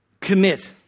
commit